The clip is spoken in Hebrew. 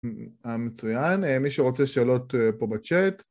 היה מצוין, מישהו רוצה שאלות אה.. פה בצ'אט?